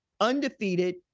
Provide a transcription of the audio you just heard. undefeated